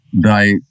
die